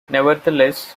nevertheless